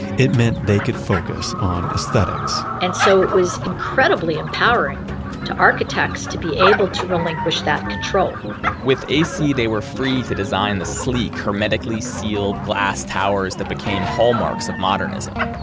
it meant they could focus on aesthetics and so it was incredibly empowering to architects to be able to relinquish that control with ac, they were free to design the sleek, hermetically sealed glass towers that became hallmarks of modernism.